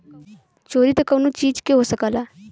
चोरी त कउनो चीज के हो सकला